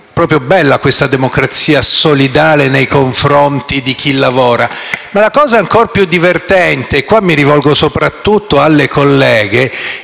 Proprio bella questa democrazia solidale nei confronti di chi lavora! Ma la cosa ancor più divertente - e mi rivolgo soprattutto alle colleghe